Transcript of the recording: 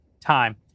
time